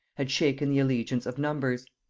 had shaken the allegiance of numbers.